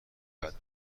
بعدی